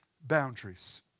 boundaries